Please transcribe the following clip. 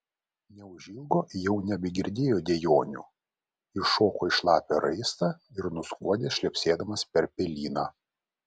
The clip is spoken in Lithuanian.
neužilgo jau nebegirdėjo dejonių iššoko į šlapią raistą ir nuskuodė šlepsėdamas per pelyną